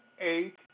eight